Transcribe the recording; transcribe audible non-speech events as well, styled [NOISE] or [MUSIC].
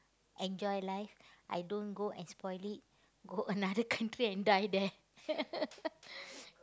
enjoy life I don't go and spoil it go another country and die there [LAUGHS]